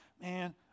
Man